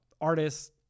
artists